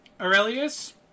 Aurelius